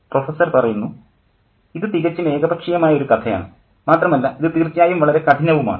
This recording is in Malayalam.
പ്രൊഫസ്സർ ഇത് തികച്ചും ഏകപക്ഷീയമായ ഒരു കഥയാണ് മാത്രമല്ല ഇത് തീർച്ചയായും വളരെ കഠിനവുമാണ്